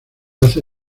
hace